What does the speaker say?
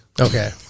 Okay